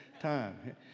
time